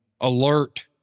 alert